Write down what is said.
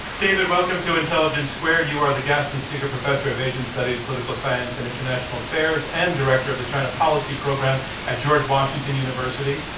david, welcome to intelligence squared. you are the guest and secret professor of asian studies, political science, and international affairs, and director of the china policy program at george washington university.